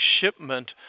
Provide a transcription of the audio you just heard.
shipment